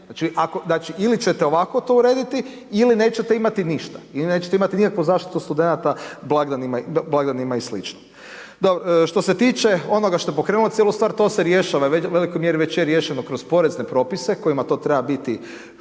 Znači ili ćete ovako to urediti ili nećete imati ništa. Vi nećete imati nikakvu zaštitu studenata blagdanima i sl. Što se tiče onoga što je pokrenulo cijelo stvar, to se rješava i u velikoj mjeri već je riješeno kroz porezne propise kojima to treba biti,